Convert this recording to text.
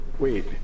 Wait